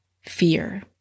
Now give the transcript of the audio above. fear